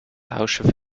tausche